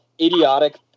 idiotic